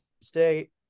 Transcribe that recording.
State